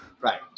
right